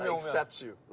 accept you,